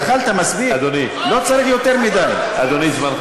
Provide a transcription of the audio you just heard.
אדוני, זמנך